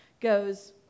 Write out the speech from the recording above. goes